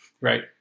Right